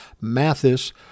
Mathis